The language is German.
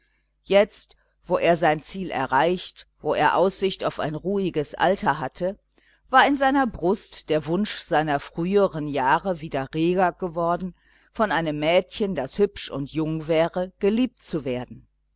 jetzt wo er sein ziel erreicht wo er aussicht auf ein ruhiges alter hatte war in seiner brust der wunsch seiner früheren jahre wieder reger geworden von einem mädchen das hübsch und jung wäre geliebt zu werden